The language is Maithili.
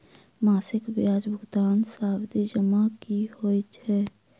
मासिक ब्याज भुगतान सावधि जमा की होइ है?